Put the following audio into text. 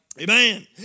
Amen